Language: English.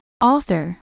author